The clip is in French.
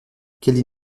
quelles